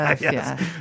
Yes